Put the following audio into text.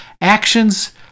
actions